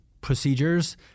procedures